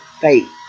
faith